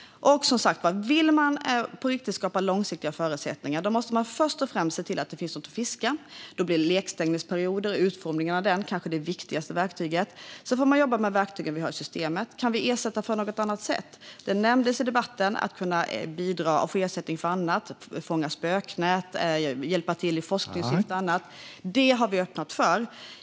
Vill man på riktigt skapa långsiktiga förutsättningar måste man först och främst se till att det finns något att fiska. Då blir utformningen av lekstängningsperioderna kanske det viktigaste verktyget. Vi får jobba med verktygen vi har i systemet. Kan vi ersätta på något annat sätt? Det nämndes i debatten att man ska kunna få ersättning för annat, såsom att fånga spöknät och hjälpa till i forskningssyfte. Detta har vi öppnat för.